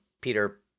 Peter